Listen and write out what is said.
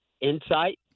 Insight